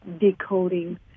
decoding